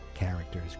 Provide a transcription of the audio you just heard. characters